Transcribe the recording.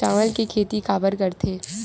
चावल के खेती काबर करथे?